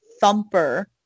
Thumper